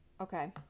Okay